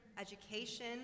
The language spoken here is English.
education